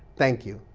thank you.